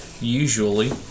usually